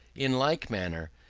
in like manner,